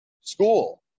school